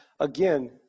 again